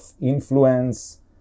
influence